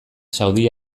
saudi